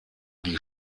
die